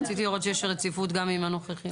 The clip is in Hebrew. רציתי לראות שיש רציפות גם עם הנוכחי.